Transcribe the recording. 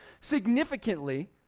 significantly